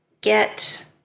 get